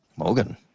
Morgan